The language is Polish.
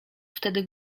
wtedy